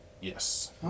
Yes